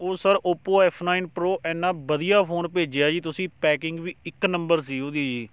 ਉਹ sir Oppo F nine pro ਇੰਨਾ ਵਧੀਆ ਫੋਨ ਭੇਜਿਆ ਜੀ ਤੁਸੀਂ ਪੈਕਿੰਗ ਵੀ ਇੱਕ ਨੰਬਰ ਸੀ ਉਹਦੀ ਜੀ